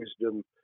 wisdom